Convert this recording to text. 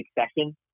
succession